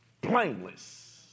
blameless